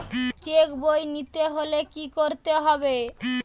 Check বই নিতে হলে কি করতে হবে?